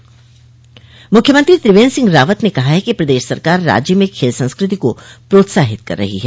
समापन समारोह मुख्यमंत्री त्रिवेन्द्र सिंह रावत ने कहा है कि प्रदेश सरकार राज्य में खेल संस्कृति को प्रोत्साहित कर रही है